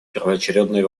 первоочередной